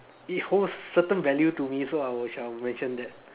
it holds certain value to me so I will shall mention that